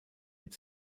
mit